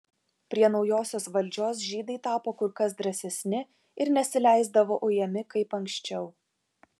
prie naujosios valdžios žydai tapo kur kas drąsesni ir nesileisdavo ujami kaip anksčiau